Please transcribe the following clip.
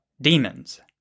demons